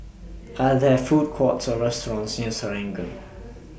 Are There Food Courts Or restaurants near Serangoon